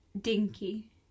dinky